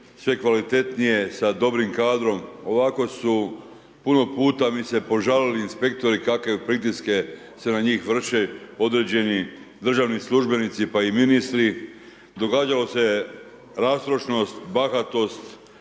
sve kvalitetnije sa dobrim kadrom. Ovako su puno puta mi se požalili inspektori kakve pritiske se na njih vrše određeni državni službenici, pa i ministri. Događalo se rastrošnost, bahatost,